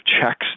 checks